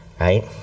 right